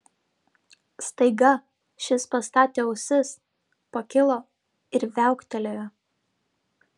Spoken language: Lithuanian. staiga šis pastatė ausis pakilo ir viauktelėjo